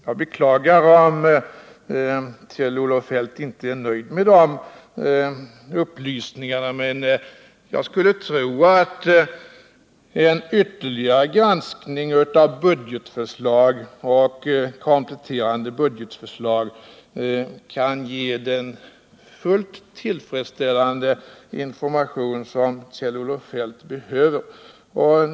Jag beklagar om Kjell-Olof Feldt inte är nöjd med de upplysningarna. Men jag skulle tro att en ytterligare granskning av budgetförslag och kompletterande budgetförslag kan ge den fullt tillfredsställande information som Kjell-Olof Feldt behöver.